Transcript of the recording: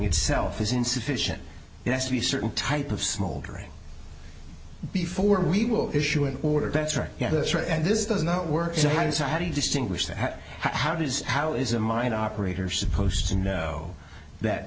itself is insufficient yes to be certain type of smoldering before we will issue an order that's right yeah that's right and this does not work so how does how do you distinguish that how does how is a mine operator supposed to know that